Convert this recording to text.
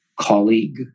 Colleague